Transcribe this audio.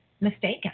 mistaken